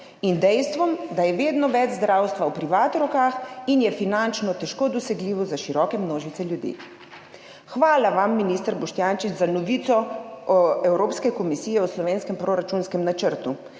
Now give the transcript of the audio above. in dejstvom, da je vedno več zdravstva v privatnih rokah in je finančno težko dosegljivo za široke množice ljudi. Hvala vam, minister Boštjančič, za novico Evropske komisije o slovenskem proračunskem načrtu.